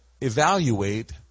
evaluate